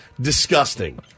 Disgusting